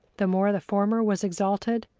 the more the former was exalted,